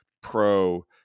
pro